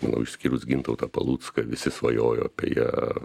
manau išskyrus gintautą palucką visi svajojo apie ją